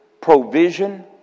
provision